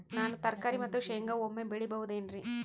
ನಾನು ತರಕಾರಿ ಮತ್ತು ಶೇಂಗಾ ಒಮ್ಮೆ ಬೆಳಿ ಬಹುದೆನರಿ?